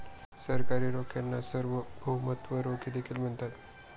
सरकारी रोख्यांना सार्वभौमत्व रोखे देखील म्हणतात